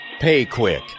PayQuick